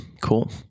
Cool